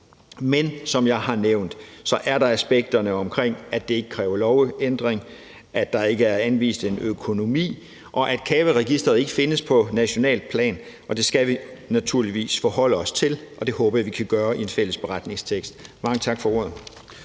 Men, som jeg har nævnt, er der aspekterne omkring, at det ikke kræver lovændring, at der ikke er anvist en økonomi, og at CAVE-registeret ikke findes på nationalt plan. Det skal vi naturligvis forholde os til, og det håber jeg vi kan gøre i en fælles beretningstekst. Mange tak for ordet.